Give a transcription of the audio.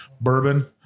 bourbon